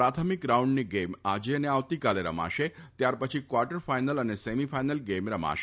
પ્રાથમિક રાઉન્ડની ગેમ આજે અને આવતીકાલે રમાશે ત્યારપછી ક્વાર્ટર ફાઈનલ અને સેમી ફાઈનલ ગેમ રમાશે